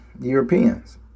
Europeans